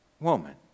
Woman